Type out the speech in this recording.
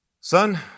Son